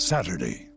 Saturday